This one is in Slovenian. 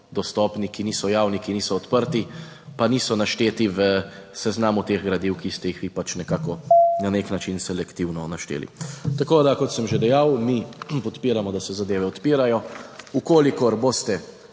dostopni, ki niso javni, ki niso odprti, pa niso našteti v seznamu teh gradiv, ki ste jih vi pač nekako na nek način selektivno našteli. Tako da, kot sem že dejal, mi podpiramo, da se zadeve odpirajo. V kolikor boste